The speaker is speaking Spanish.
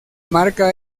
marca